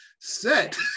set